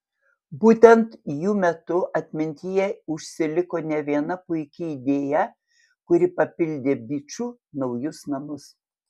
būtent jų metu atmintyje užsiliko ne viena puiki idėja kuri papildė bičų naujus namus